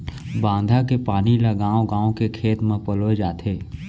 बांधा के पानी ल गाँव गाँव के खेत म पलोए जाथे